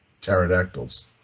pterodactyls